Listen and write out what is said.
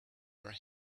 were